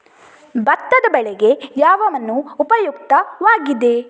ಭತ್ತದ ಬೆಳೆಗೆ ಯಾವ ಮಣ್ಣು ಉಪಯುಕ್ತವಾಗಿದೆ?